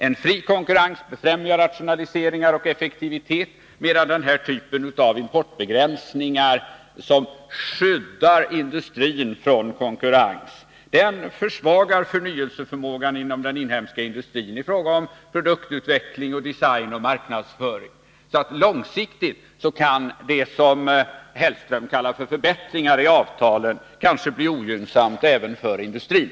En fri konkurrens befrämjar rationaliseringar och effektivitet, medan den här typen av importbegränsningar, som skyddar industrin från konkurrens, försvagar förnyelseförmågan inom den inhemska industrin i fråga om produktutveckling, design och marknadsföring. Långsiktigt kan alltså det som Mats Hellström kallar förbättringar i avtalen kanske bli ogynnsamt även för industrin.